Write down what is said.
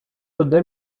ode